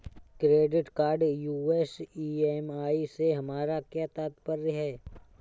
Credit card US EMI से हमारा क्या तात्पर्य है?